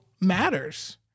matters